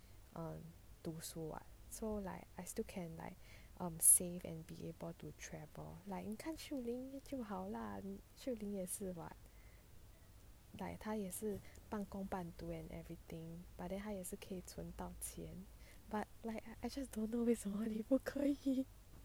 um 读书 [what] so like I still can like save and be able to travel like 你看 xiu ling 就好啦 xiu ling 也是 [what] like 他也是半工半读 and everything but then 他也是可以存到钱 but like I just don't know 为什么你不可以